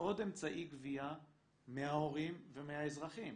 עוד אמצעי גבייה מההורים ומהאזרחים.